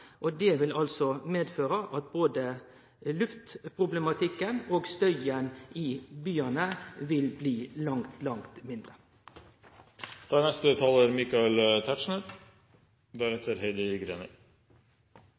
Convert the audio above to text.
og det vil føre til at både luftproblematikken og støyen i byane blir langt, langt